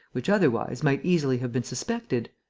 which, otherwise, might easily have been suspected.